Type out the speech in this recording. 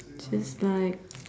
just like